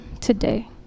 today